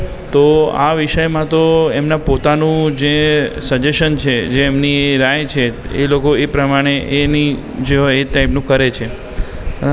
તો આ વિષયમાં તો એમના પોતાનું જે સજેશન છે જે એમની રાય છે એ લોકો એ પ્રમાણે એની જે હોય એ ટાઇપનું કરે છે